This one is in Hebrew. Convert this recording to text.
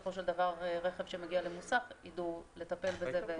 - שבסופו של דבר רכב שמגיע למוסך, ידעו לטפל בזה.